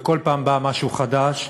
וכל פעם בא משהו חדש,